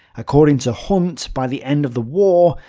according to hunt, by the end of the war,